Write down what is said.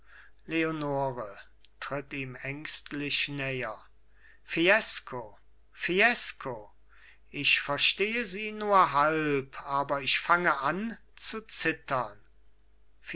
leonore tritt ihm ängstlich näher fiesco fiesco ich verstehe sie nur halb aber ich fange an zu zittern